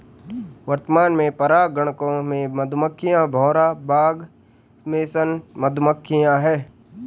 वर्तमान में परागणकों में मधुमक्खियां, भौरा, बाग मेसन मधुमक्खियाँ है